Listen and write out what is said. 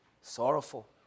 sorrowful